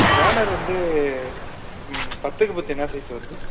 banner வந்து ம் பத்துக்கு பத்து என்ன சைஸ் வருது